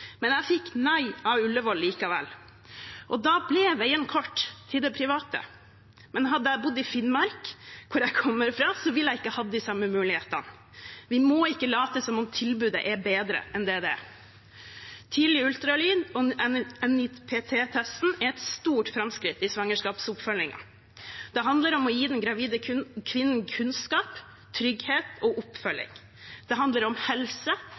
Jeg fikk nei av Ullevål likevel, og da ble veien kort til det private, men hadde jeg bodd i Finnmark, hvor jeg kommer fra, ville jeg ikke hatt de samme mulighetene. Vi må ikke late som om tilbudet er bedre enn det det er. Tidlig ultralyd og NIPT-testen er et stort framskritt i svangerskapsoppfølgingen. Det handler om å gi den gravide kvinnen kunnskap, trygghet og oppfølging. Det handler om helse